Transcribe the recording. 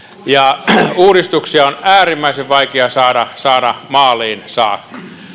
ja uudistuksia on äärimmäisen vaikea saada saada maaliin saakka